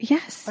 Yes